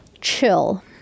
Chill